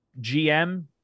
gm